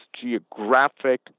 geographic